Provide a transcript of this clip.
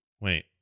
wait